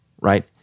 right